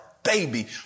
baby